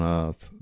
earth